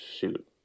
Shoot